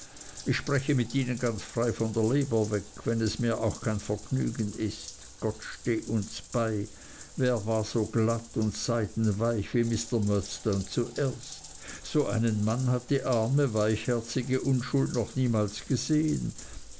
ich spreche mit ihnen ganz frei von der leber weg wenn es mir auch kein vergnügen ist gott steh uns bei wer war so glatt und seidenweich wie mr murdstone zuerst so einen mann hat die arme weichherzige unschuld noch niemals gesehen